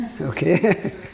Okay